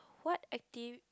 what acti~